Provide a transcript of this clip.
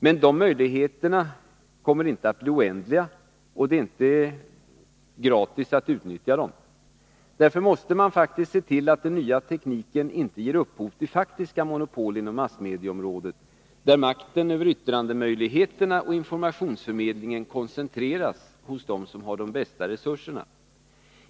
Men de möjligheterna kommer inte att bli oändliga, och det är inte gratis att utnyttja dem. Därför måste man se till att den nya tekniken inte ger upphov till faktiska monopol inom massmedieområdet, där makten över yttrandemöjligheterna och informationsförmedlingen koncentreras hos dem som har de bästa resurserna.